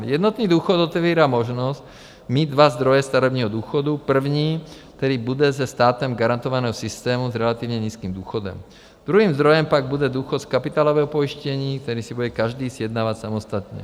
Jednotný důchod otevírá možnost mít dva zdroje starobního důchodu první, který bude ze státem garantovaného systému s relativně nízkým důchodem, druhým zdrojem pak bude důchod z kapitálového pojištění, který si bude každý sjednávat samostatně.